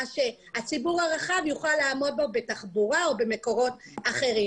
שהציבור הרחב יוכל לעמוד בה בתחבורה או במקורות אחרים,